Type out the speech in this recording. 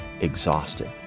exhausted